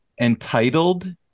entitled